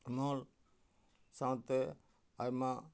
ᱱᱚᱞ ᱥᱟᱶᱛᱮ ᱟᱭᱢᱟ